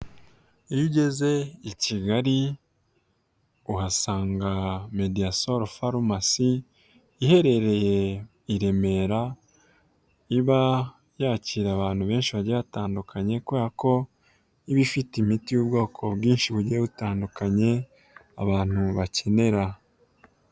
Iyo ugeze i Kigali uhasanga mediyasoro farumasi iherereye i Remera, iba yakira abantu benshi bagiye batandukanye kubera ko ibafite imiti y'ubwoko bwinshi bugiye butandukanye abantu bakenera.